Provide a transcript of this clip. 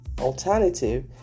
Alternative